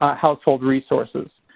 household resources.